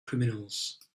criminals